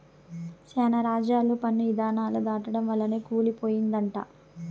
శానా రాజ్యాలు పన్ను ఇధానాలు దాటడం వల్లనే కూలి పోయినయంట